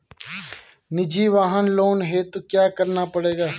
निजी वाहन लोन हेतु क्या करना पड़ेगा?